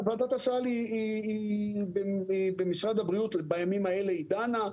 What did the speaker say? ועדת הסל במשרד הבריאות בימים האלה היא דנה.